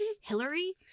Hillary